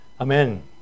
Amen